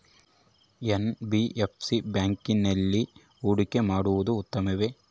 NBFC ಬ್ಯಾಂಕಿನಲ್ಲಿ ಹೂಡಿಕೆ ಮಾಡುವುದು ಉತ್ತಮವೆ?